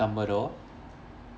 dumbledore